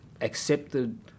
accepted